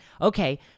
Okay